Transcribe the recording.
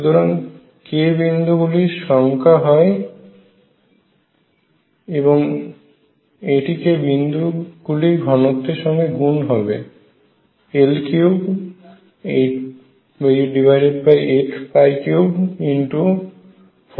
সুতরাং k বিন্দু গুলির সংখ্যা হয় এবং এটি কে বিন্দুগুলি ঘনত্বের সঙ্গে গুণ হবে L38343kF3